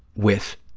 with